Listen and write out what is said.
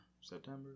September